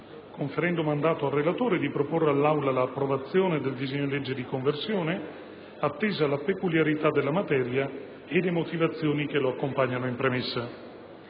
conferendo mandato al relatore di proporre all'Aula l'approvazione del disegno di legge di conversione, attesa la peculiarità della materia e le motivazioni che l'accompagnano in premessa.